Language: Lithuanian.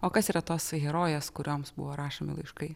o kas yra tos herojės kurioms buvo rašomi laiškai